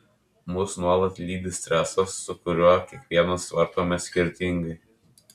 mus nuolatos lydi stresas su kuriuo kiekvienas tvarkomės skirtingai